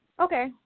Okay